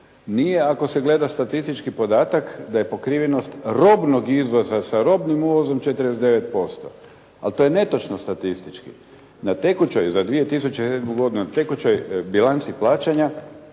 Nije ako se gleda statistički podatak da je pokrivenost robnog izvoza sa robnim uvozom 49%, ali to je netočno statistički. Na tekućoj, za 2007. godinu, tekućoj bilanci plaćanja